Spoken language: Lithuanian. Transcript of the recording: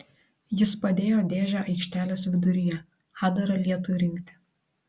jis padėjo dėžę aikštelės viduryje atdarą lietui rinkti